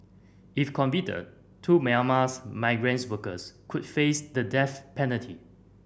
if convicted two Myanmar's migrants workers could face the death penalty